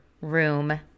room